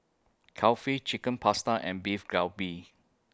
Kulfi Chicken Pasta and Beef Galbi